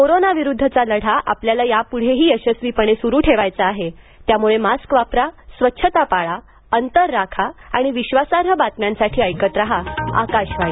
कोरोनाविरुद्धवा लढा यापुढेही यशस्वीपणे सुरू ठेवण्यासाठी मास्क वापरा स्वच्छता पाळा अंतर राखा आणि विश्वासार्ह बातम्यांसाठी ऐकत राहा आकाशवाणी